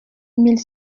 mille